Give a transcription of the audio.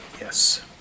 Yes